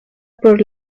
por